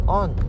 on